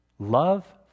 Love